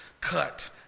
cut